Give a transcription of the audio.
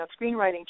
screenwriting